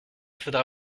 faudra